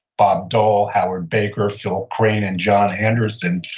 bob dole, howard baker, phil crane, and john anderson,